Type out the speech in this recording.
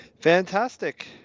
Fantastic